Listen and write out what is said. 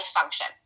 function